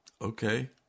Okay